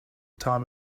time